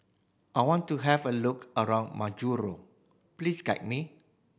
I want to have a look around Majuro please guide me